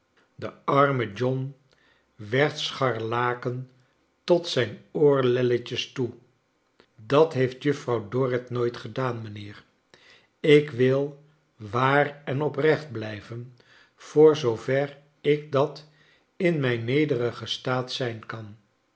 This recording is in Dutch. de arme john werd soliarlaken tot zijn oorlelietjes toe dat heeft juffrouw dorrit nooit gedaan mijnheer ik wil waar en oprecht blijven voor zoo ver ik dat in mijn nederigen staat zijn kan